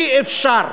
אי-אפשר.